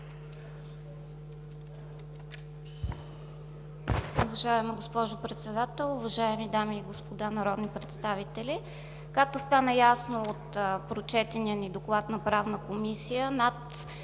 Уважаема госпожо Председател, уважаеми дами и господа народни представители! Както стана ясно от прочетения ни доклад на Правната комисия, над